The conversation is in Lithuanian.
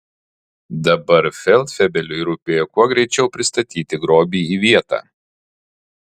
dabar feldfebeliui rūpėjo kuo greičiau pristatyti grobį į vietą